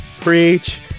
preach